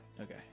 Okay